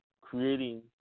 creating